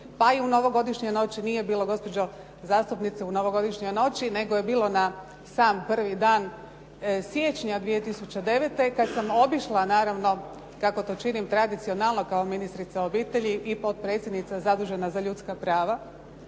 pa i u novogodišnjoj noći nije bilo, gospođo zastupnice, u novogodišnjoj noće nego je bilo na sam prvi dan siječnja 2009. kad sam obišla naravno, kako to činim tradicionalno kao ministrica obitelji i potpredsjednica zadužena za ljudska prava